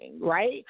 right